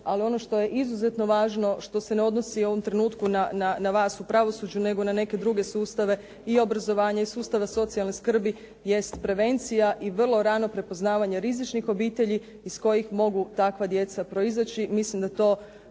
Ali ono što je izuzetno važno što se ne odnosi u ovom trenutku na vas u pravosuđu nego na neke druge sustave, i obrazovanja i sustava socijalne skrbi jest prevencija i vrlo rano prepoznavanje rizičnih obitelji iz kojih mogu takva djeca proizaći mislim da to